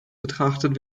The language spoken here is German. betrachtet